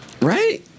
Right